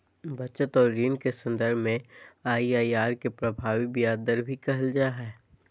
बचत और ऋण के सन्दर्भ में आइ.आइ.आर के प्रभावी ब्याज दर भी कहल जा हइ